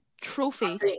trophy